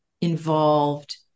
involved